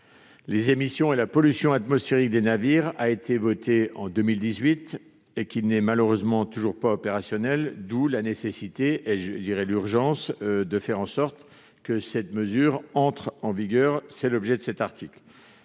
les émissions et la pollution atmosphérique des navires, qui a été voté en 2018, n'est malheureusement toujours pas opérationnel. D'où la nécessité et l'urgence de faire en sorte que cette mesure entre en vigueur. Tel est l'objet de cet article.